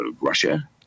Russia